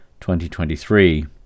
2023